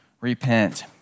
repent